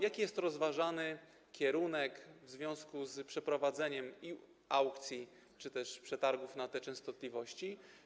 Jaki jest rozważany kierunek w związku z przeprowadzeniem aukcji czy też przetargów na te częstotliwości?